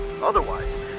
otherwise